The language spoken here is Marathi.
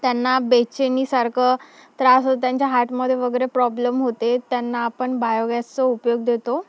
त्यांना बेचैनीसारखं त्रास होतो त्यांच्या हार्टमध्ये वगैरे प्रॉब्लेम होते त्यांना आपण बायोगॅसचा उपयोग देतो